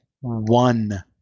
one